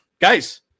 Guys